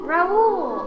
Raul